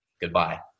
Goodbye